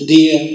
Dear